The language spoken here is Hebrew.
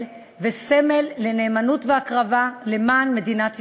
וסמל לנאמנות והקרבה למען מדינת ישראל.